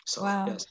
wow